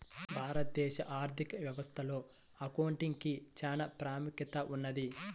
భారతదేశ ఆర్ధిక వ్యవస్థలో అకౌంటింగ్ కి చానా ప్రాముఖ్యత ఉన్నది